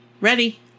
ready